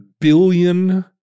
billion